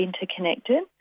interconnected